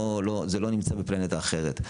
זה לא נמצא בפלנטה אחרת.